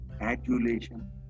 adulation